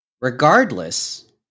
Regardless